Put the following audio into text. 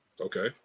Okay